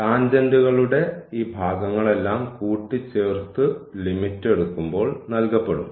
ടാൻജെന്റുകളുടെ ഈ ഭാഗങ്ങളെല്ലാം കൂട്ടിച്ചേർത്തു ലിമിറ്റ് എടുക്കുമ്പോൾ നൽകപ്പെടും